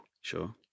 Sure